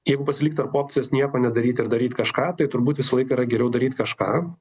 jeigu pasilikt tarp opcijos nieko nedaryt ir daryt kažką tai turbūt visą laiką yra geriau daryt kažką